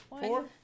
Four